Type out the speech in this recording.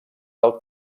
del